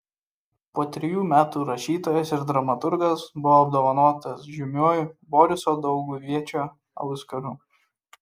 po trejų metų rašytojas ir dramaturgas buvo apdovanotas žymiuoju boriso dauguviečio auskaru